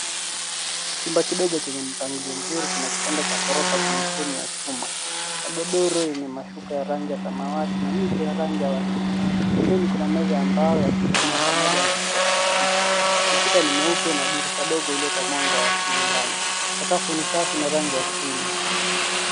Chumba kidogo chenye mpangilio mzuri kina kitanda cha ghorofa chenye fremu ya chuma. Magorodo yenye mashuka ya rangi ya samawati na mito ya rangi ya waridi. Pembeni kuna meza ya mbao ya kusomea pamoja na kiti cha plastiki. Ukuta ni mweupe na dirisha dogo huleta mwanga wa asili ndani. Sakafu ni safi na rangi ya krimu.